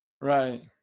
Right